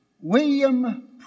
William